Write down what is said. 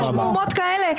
כשיש מהומות כאלה,